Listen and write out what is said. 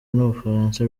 n’umufaransa